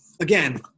again